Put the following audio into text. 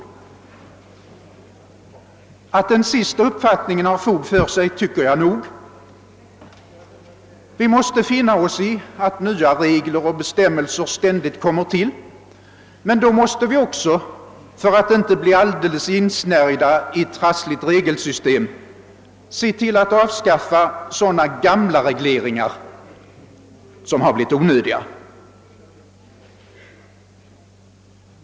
Jag tycker nog att den sistnämnda uppfattningen har fog för sig. Vi måste finna oss i att nya regler och bestämmelser ständigt kommer till, men därför måste vi också — för att inte bli alldeles insnärjda i ett trassligt regelsystem — se till att avskaffa sådana gamla regleringar som blivit onödiga.